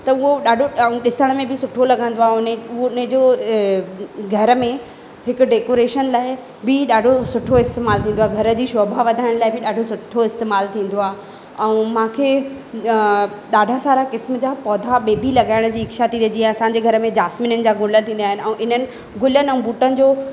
त उहो ॾाढो ऐं ॾिसण में बि सुठो लॻंदो आहे उन ऐं उन जो घर में हिकु डेकोरेशन लाइ बि ॾाढो सुठो इस्तेमालु थींदो आहे घर जी शोभा वधाइण लाइ ॾाढो सुठो इस्तेमालु थींदो आहे ऐं मूंखे ॾाढा सारा क़िस्म जा पौधा ॿिए बि लॻाइण जी इच्छा थी वइजी आहे असांजे घर में जासमीननि जा गुल थींदा आहिनि ऐं इन्हनि गुलनि ऐं बूटनि जो